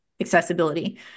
accessibility